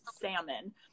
salmon